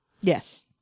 Yes